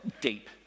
deep